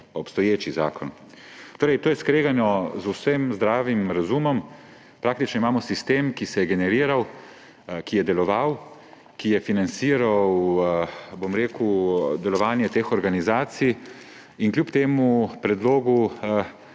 obstoječi zakon. To je skregano z vsem zdravim razumom, praktično imamo sistem, ki se je generiral, ki je deloval, ki je financiral delovanje teh organizacij; in kljub temu predlogu